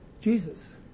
Jesus